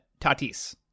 Tatis